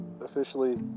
officially